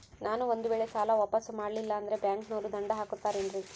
ನಾನು ಒಂದು ವೇಳೆ ಸಾಲ ವಾಪಾಸ್ಸು ಮಾಡಲಿಲ್ಲಂದ್ರೆ ಬ್ಯಾಂಕನೋರು ದಂಡ ಹಾಕತ್ತಾರೇನ್ರಿ?